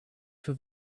for